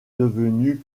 devenue